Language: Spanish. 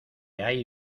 hay